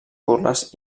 burles